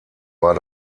war